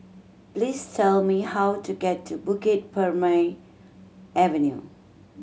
please tell me how to get to Bukit Purmei Avenue